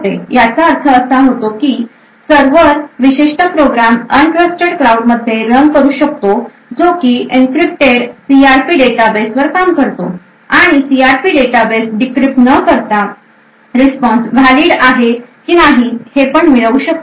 याचा अर्थ असा होतो की सर्व्हर विशिष्ट प्रोग्राम अनत्रस्तेड क्लाऊड मध्ये रन करू शकतो जो की एनक्रिप्टेड सीआरपी डेटा बेस वर काम करतो आणि C R P database decrypt न करता रिस्पॉन्स व्हॅलिड आहे की नाही हे पण मिळवू शकतो